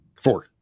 Four